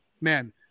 man